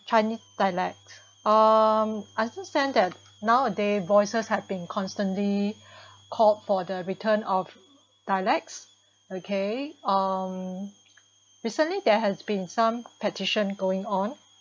Chinese dialects um I understand that nowadays voices had been constantly called for the return of dialects okay um recently there has been some petition going on